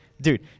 Dude